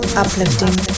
uplifting